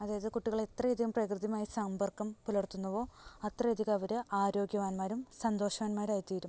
അതായത് കുട്ടികളെ എത്ര അധികം പ്രകൃതിയുമായി സമ്പർക്കം പുലർത്തുന്നുവോ അത്ര അധികം അവർ ആരോഗ്യവാന്മാരും സന്തോഷവാന്മാരും ആയി തീരും